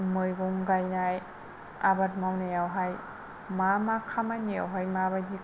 मैगं गायनाय आबाद मावनायावहाय मा मा खामानियावहाय माबादि